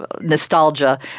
nostalgia